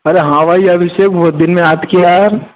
अरे हाँ भाई आभिषेक वो दिन में याद किया है